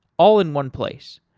all in one place.